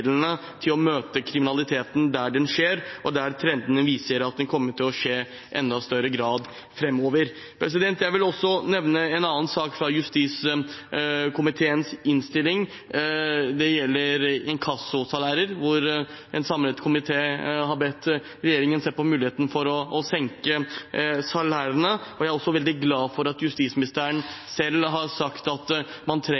virkemidlene for å møte kriminaliteten der den skjer, og der trendene viser at den kommer til å skje i enda større grad framover. Jeg vil også nevne en annen sak fra justiskomiteens innstilling. Det gjelder inkassosalærer. En samlet komité har bedt regjeringen se på muligheten for å senke salærene. Jeg er også veldig glad for at justisministeren selv har sagt at man trenger